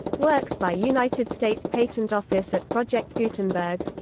works by united states patent office at project gutenberg